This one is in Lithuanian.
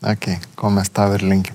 okei ko mes tau ir linkim